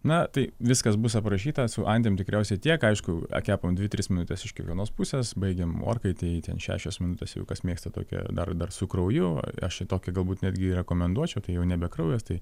na tai viskas bus aprašyta su antim tikriausiai tiek aišku kepant dvi tris minutes iš kiekvienos pusės baigiam orkaitėj ten šešios minutes jeigu kas mėgsta tokią dar dar su krauju aš tokį galbūt netgi rekomenduočiau tai jau nebe kraujas tai